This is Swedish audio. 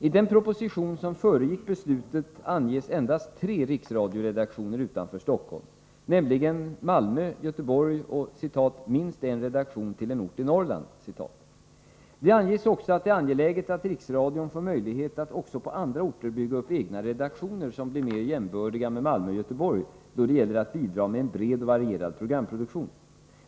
I den proposition som föregick beslutet anges endast tre riksradioredaktioner utanför Stockholm, nämligen Malmö, Göteborg och ”minst en redaktion till en ort i Norrland”. Det anges också att det är angeläget att Riksradion får möjlighet att även på andra orter bygga upp egna redaktioner som blir mer jämbördiga med Malmö och Göteborg då det gäller att bidra med en bred och varierad programproduktion.